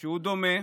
הוא דומה.